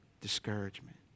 discouragement